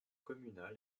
communal